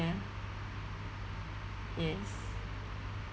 ya yes